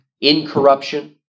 incorruption